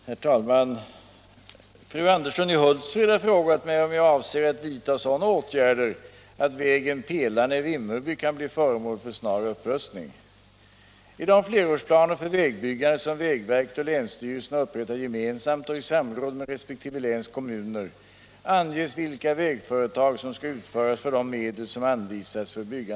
304, och anförde: Herr talman! Fru Andersson i Hultsfred har frågat mig om jag avser att vidta sådana åtgärder att vägen Pelarne-Vimmerby kan bli föremål för snar upprustning. Under nästa år skall flerårsplanerna författningsenligt revideras.